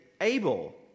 Abel